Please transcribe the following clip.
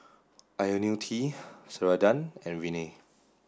Ionil T Ceradan and Rene